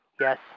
Yes